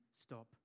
stop